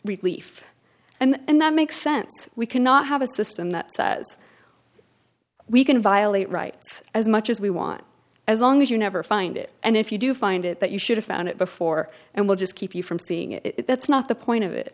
relief and that makes sense we cannot have a system that says we can violate rights as much as we want as long as you never find it and if you do find it that you should have found it before and will just keep you from seeing it that's not the point of it